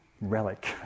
relic